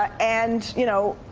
and, you know,